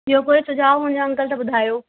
ॿियो कोई सुझाव हुजेव अंकल त ॿुधायो